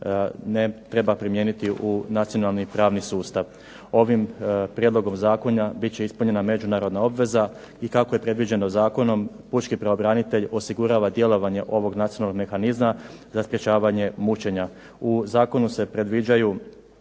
ne treba primijeniti u nacionalni pravni sustav. Ovim Prijedlogom zakona biti će ispunjena međunarodna obveza i kako je predviđeno Zakonom Pučki pravobranitelj osigurava djelovanje ovog nacionalnog mehanizma za sprečavanje mučenja. U Zakonu se predviđaju